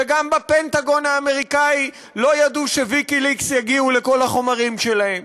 וגם בפנטגון האמריקני לא ידעו שוויקיליקס יגיעו לכל החומרים שלהם.